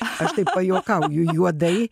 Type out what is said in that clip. aš taip pajuokauju juodai